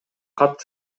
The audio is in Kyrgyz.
кат